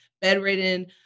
bedridden